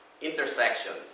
intersections